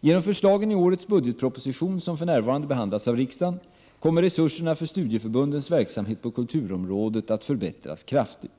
Genom förslagen i årets budgetproposition, som för närvarande behandlas av riksdagen, kommer resurserna för studieförbundens verksamhet på kulturområdet att förbättras kraftigt.